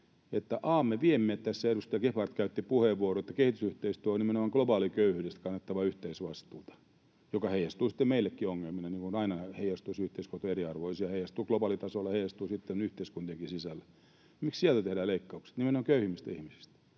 me viemme tässä... Edustaja Gebhard käytti puheenvuoron, että kehitysyhteistyö on nimenomaan globaaliköyhyydestä kannettavaa yhteisvastuuta, joka heijastuu sitten meillekin ongelmina, niin kuin aina heijastuu, jos yhteiskunnat ovat eriarvoisia — heijastuu globaalitasolla ja heijastuu sitten yhteiskuntienkin sisällä. Miksi siellä tehdään leikkaukset, nimenomaan köyhimmiltä ihmisiltä?